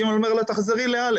ג' אומר לה: תחזרי ל-א'.